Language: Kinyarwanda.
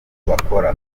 bakora